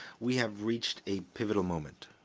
we have reached a pivotal moment.